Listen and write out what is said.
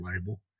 label